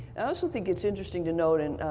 i also think it's interesting to note, and